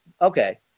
okay